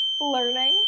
learning